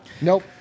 Nope